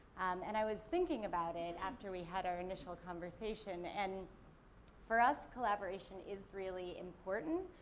and, i was thinking about it after we had our initial conversation, and for us, collaboration is really important,